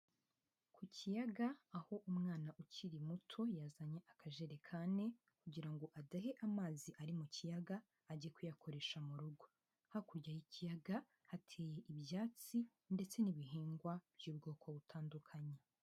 Ku kiyaga aho umwana ukiri muto yazanye akajerekani kugira ngo adahe amazi ari mu kiyaga ajye kuyakoresha mu rugo, hakurya y'ikiyaga hateye ibyatsi ndetse n'ibihingwa by'ubwoko butandukanye.